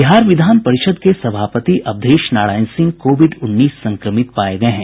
बिहार विधान परिषद के सभापति अवधेश नारायण सिंह कोविड उन्नीस संक्रमित पाये गये हैं